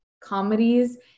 comedies